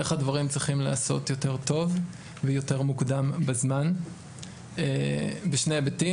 איך הדברים צריכים להיעשות יותר טוב ויותר מוקדם בזמן בשני היבטים.